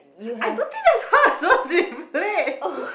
I don't think that's hers